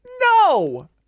No